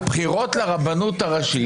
הבחירות לרבנות הראשית,